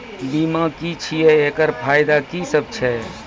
बीमा की छियै? एकरऽ फायदा की सब छै?